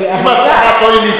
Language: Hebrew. באהדה.